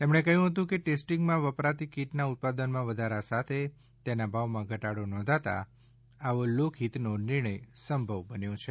તેમણે કહ્યું હતું કે ટેસ્ટિંગમાં વપરાતી કીટના ઉત્પાદનમાં વધારા સાથે તેના ભાવમાં ઘટાડો નોંધાતા આવો લોક હિતનો નિર્ણય સંભવ બન્યો છે